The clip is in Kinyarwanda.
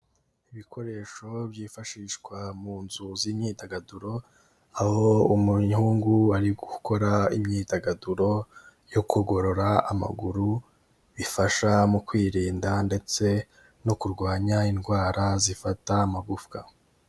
Ibikoresho byifashishwa mu nzu z'imyidagaduro, aho umuhungu ari gukora imyidagaduro yo kugorora amaguru, bifasha mu kwirinda ndetse no kurwanya indwara zifata amagufwa.